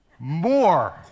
More